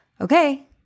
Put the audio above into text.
okay